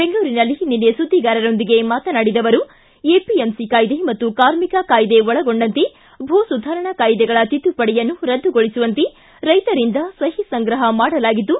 ಬೆಂಗಳೂರಿನಲ್ಲಿ ನಿನ್ನೆ ಸುದ್ದಿಗಾರರೊಂದಿಗೆ ಮಾತನಾಡಿದ ಅವರು ಎಪಿಎಂಸಿ ಕಾಯ್ದೆ ಮತ್ತು ಕಾರ್ಮಿಕ ಕಾಯ್ದೆ ಒಳಗೊಂಡಂತೆ ಭೂ ಸುಧಾರಣಾ ಕಾಯ್ದೆಗಳ ತಿದ್ದುಪಡಿಯನ್ನು ರದ್ದುಗೊಳಿಸುವಂತೆ ರೈತರಿಂದ ಸಹಿ ಸಂಗ್ರಹ ಮಾಡಲಾಗಿದ್ದು